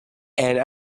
and